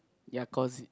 ya cause it